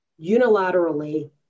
unilaterally